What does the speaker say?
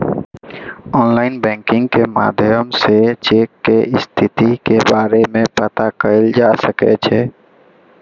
online banking के माध्यम सं चेक के स्थिति के बारे मे पता कैल जा सकै छै